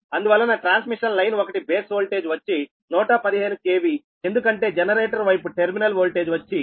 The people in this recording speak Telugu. అందువలన ట్రాన్స్మిషన్ లైన్ 1 బేస్ వోల్టేజ్ వచ్చి 115 KV ఎందుకంటే జనరేటర్ వైపు టెర్మినల్ వోల్టేజ్ వచ్చి6